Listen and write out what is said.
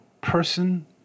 person